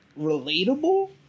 relatable